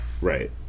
Right